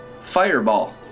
fireball